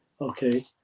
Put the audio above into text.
okay